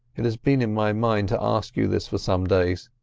it has been in my mind to ask you this for some days.